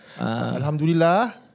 Alhamdulillah